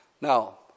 Now